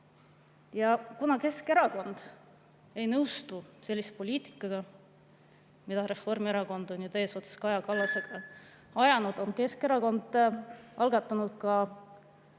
Kuna Keskerakond ei nõustu sellise poliitikaga, mida Reformierakond on nüüd eesotsas Kaja Kallasega ajanud, on Keskerakond algatanud